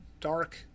dark